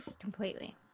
Completely